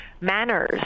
manners